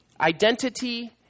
identity